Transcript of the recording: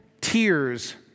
tears